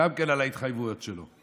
גם כן על ההתחייבויות שלו.